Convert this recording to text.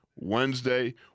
Wednesday